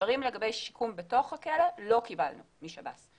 מספרים לגבי שיקום בתוך הכלא לא קיבלנו משב"ס.